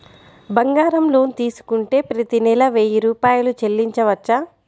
బంగారం లోన్ తీసుకుంటే ప్రతి నెల వెయ్యి రూపాయలు చెల్లించవచ్చా?